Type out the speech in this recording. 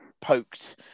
poked